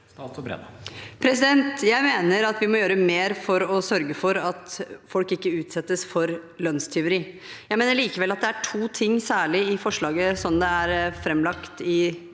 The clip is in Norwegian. Jeg mener at vi må gjøre mer for å sørge for at folk ikke utsettes for lønnstyveri. Jeg mener likevel at særlig to ting i forslaget slik det er framlagt i